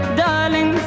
darling